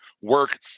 work